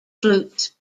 flutes